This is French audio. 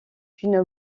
une